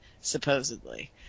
supposedly